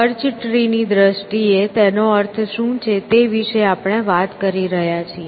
search tree ની દ્રષ્ટિએ તેનો અર્થ શું છે તે વિશે આપણે વાત કરી રહ્યા છીએ